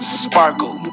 sparkle